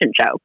show